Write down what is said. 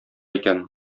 икән